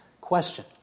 Question